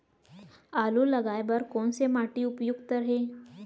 आलू लगाय बर कोन से माटी उपयुक्त हे?